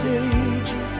age